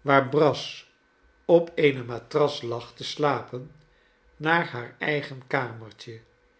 waar brass op eene matras lag te slapen naar haar eigen kamertje